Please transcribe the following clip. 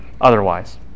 otherwise